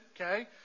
Okay